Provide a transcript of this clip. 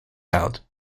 held